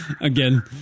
again